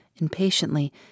impatiently